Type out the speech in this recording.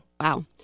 Wow